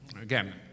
Again